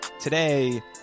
Today